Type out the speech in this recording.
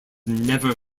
never